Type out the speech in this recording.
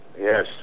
Yes